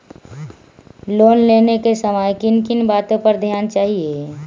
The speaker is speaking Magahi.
लोन लेने के समय किन किन वातो पर ध्यान देना चाहिए?